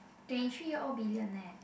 twenty three year old billionaire